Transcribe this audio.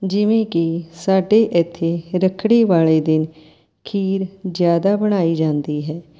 ਜਿਵੇਂ ਕਿ ਸਾਡੇ ਇੱਥੇ ਰੱਖੜੀ ਵਾਲੇ ਦਿਨ ਖੀਰ ਜ਼ਿਆਦਾ ਬਣਾਈ ਜਾਂਦੀ ਹੈ